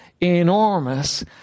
enormous